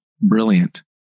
brilliant